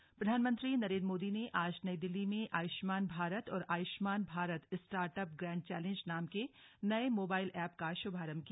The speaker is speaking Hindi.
आयुष्मान भारत प्रधानमंत्री नरेन्द्र मोदी ने आज नई दिल्ली में आयुष्मान भारत और Ayushman Bharat startup grand challenge नाम के नये मोबाइल ऐप का शुभारंभ किया